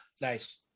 Nice